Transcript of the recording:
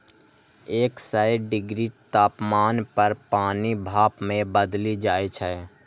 एक सय डिग्री तापमान पर पानि भाप मे बदलि जाइ छै